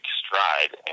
stride